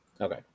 Okay